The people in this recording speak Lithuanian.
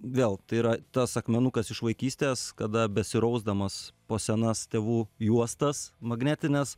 vėl tai yra tas akmenukas iš vaikystės kada besirausdamas po senas tėvų juostas magnetines